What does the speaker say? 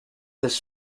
this